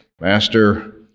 Master